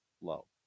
low